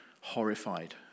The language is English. horrified